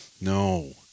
no